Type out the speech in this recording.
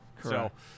Correct